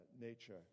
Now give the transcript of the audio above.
nature